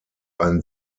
ein